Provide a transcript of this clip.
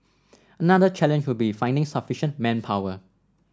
another challenge would be finding sufficient manpower